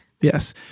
Yes